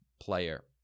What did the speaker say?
player